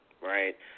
right